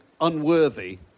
unworthy